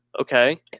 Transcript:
okay